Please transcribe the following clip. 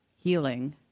healing